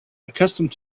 accustomed